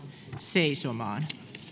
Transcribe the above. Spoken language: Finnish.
seisomaan